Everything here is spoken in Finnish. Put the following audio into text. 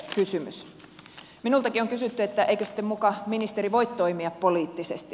minultakin on kysytty eikö sitten muka ministeri voi toimia poliittisesti